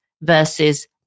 versus